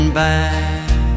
back